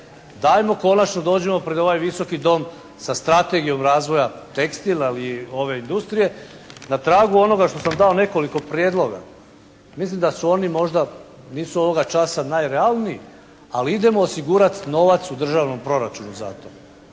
dajmo konačno dođimo pred ovaj Visoki dom sa strategijom razvoja tekstila, ove industrije, na tragu onoga što sam dao nekoliko prijedloga. Mislim da su oni možda, nisu ovoga časa najrealniji, ali idemo osigurati novac u državnom proračunu za to.